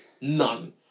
None